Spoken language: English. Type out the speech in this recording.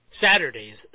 Saturdays